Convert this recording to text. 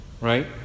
Right